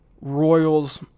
Royals